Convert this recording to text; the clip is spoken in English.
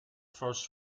first